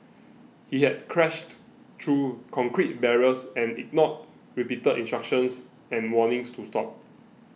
he had crashed through concrete barriers and ignored repeated instructions and warnings to stop